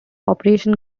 operation